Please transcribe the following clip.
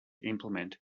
implement